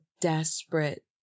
desperate